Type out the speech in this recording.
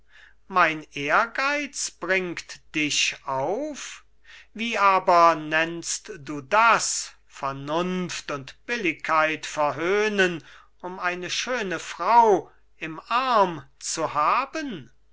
mein ehrgeiz bringt dich auf wie aber nennst du das vernunft und billigkeit verhöhnen um eine schöne frau im arm zu haben